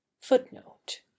Footnote